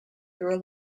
through